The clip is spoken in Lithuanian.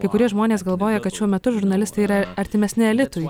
kai kurie žmonės galvoja kad šiuo metu žurnalistai yra artimesni elitui